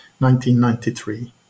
1993